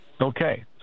okay